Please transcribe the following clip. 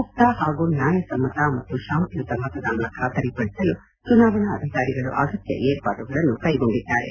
ಮುಕ್ತ ಹಾಗೂ ನ್ಯಾಯಸಮ್ಮತ ಮತ್ತು ಶಾಂತಿಯುತ ಮತದಾನ ಖಾತರಿಪಡಿಸಲು ಚುನಾವಣಾ ಅಧಿಕಾರಿಗಳು ಅಗತ್ಯ ಏರ್ಪಾಡುಗಳನ್ನು ಕೈಗೊಂಡಿದ್ದಾರೆ